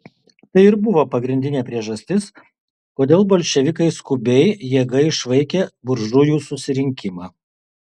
tai ir buvo pagrindinė priežastis kodėl bolševikai skubiai jėga išvaikė buržujų susirinkimą